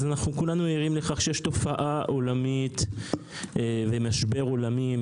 כולנו ערים לכך שיש תופעה עולמית ומשבר עולמי